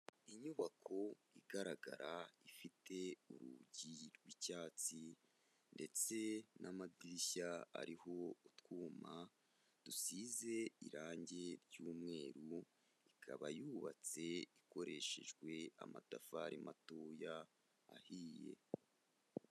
Inyubako igaragara ifite urugi rw'icyatsi ndetse n'amadirishya ariho utwuma dusize irangi ry'umweru, ikaba yubatse ikoreshejwe amatafari matoya ahiye.